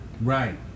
Right